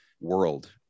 world